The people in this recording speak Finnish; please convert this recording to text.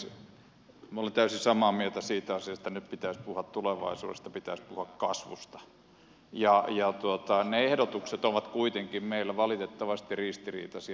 minä olen täysin samaa mieltä siitä asiasta että nyt pitäisi puhua tulevaisuudesta pitäisi puhua kasvusta ja ne ehdotukset ovat kuitenkin meillä valitettavasti ristiriitaisia